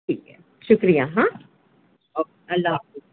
ٹھیک ہے شُکریہ ہاں او کے اللہ حافظ